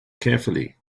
carefully